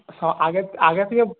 আগে থেকে